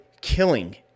killing